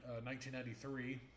1993